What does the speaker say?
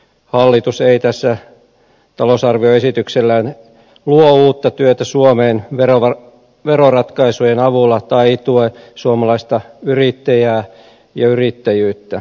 hallitus ei tällä talousarvioesityksellään luo uutta työtä suomeen veroratkaisujen avulla tai tue suomalaista yrittäjää ja yrittäjyyttä